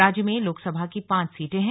राज्य में लोकसभा की पांच सीटे हैं